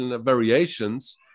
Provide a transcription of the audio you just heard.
variations